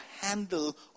handle